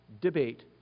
debate